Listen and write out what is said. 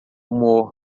humor